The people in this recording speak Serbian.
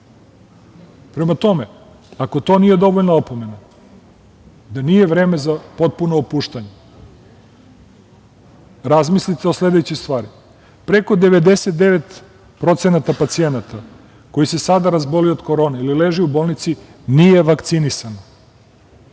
Prema tome, ako to nije dovoljna opomena da nije vreme za potpuno opuštanje, razmislite o sledećoj stvari. Preko 99% pacijenata koji se sada razboli od korone ili leži u bolnici nije vakcinisano,